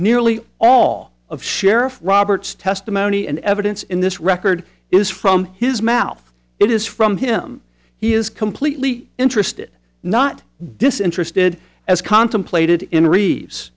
nearly all of sheriff roberts testimony and evidence in this record is from his mouth it is from him he is completely interested not disinterested as contemplated in